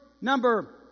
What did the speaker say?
number